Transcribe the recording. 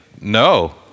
no